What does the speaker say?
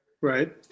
Right